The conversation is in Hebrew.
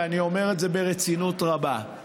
ואני אומר את זה ברצינות רבה,